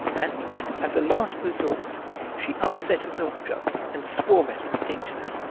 and as a last resort she upset a milk-jug and swore at it daintily.